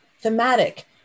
thematic